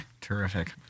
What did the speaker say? Terrific